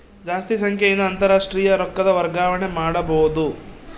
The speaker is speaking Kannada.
ಜಾಸ್ತಿ ಸಂಖ್ಯೆಯಿಂದ ಅಂತಾರಾಷ್ಟ್ರೀಯ ರೊಕ್ಕದ ವರ್ಗಾವಣೆ ಮಾಡಬೊದು